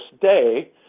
day